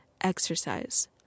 exercise